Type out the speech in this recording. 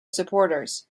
supporters